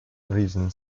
written